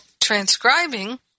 transcribing